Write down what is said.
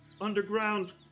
underground